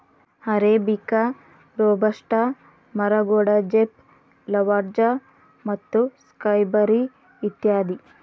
arabica, robusta, ಮರಗೋಡಜೇಪ್, Lavazza ಮತ್ತು Skybury ಇತ್ಯಾದಿ